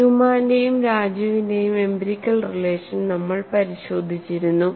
ന്യൂമാന്റെയും രാജുവിന്റെയും empirical relation നമ്മൾ പരിശോധിച്ചിരുന്നു